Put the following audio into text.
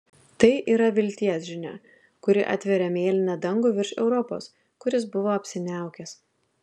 tai yra vilties žinia kuri atveria mėlyną dangų virš europos kuris buvo apsiniaukęs